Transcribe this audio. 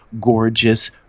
gorgeous